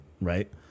right